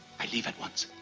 i leave at once.